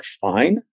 fine